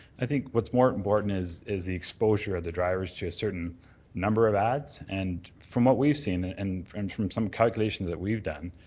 i think what's more important is is the exposure of the drivers to a certain number of ads, and from what we've seen expand and and from some calculations that we've done,